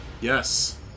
yes